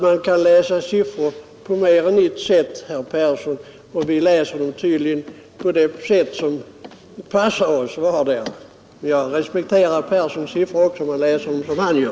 Man kan läsa siffror på mer än ett sätt, och vi läser var och en siffrorna på det sätt som passar oss — jag respekterar emellertid herr Perssons siffror också om man läser dem som han gör.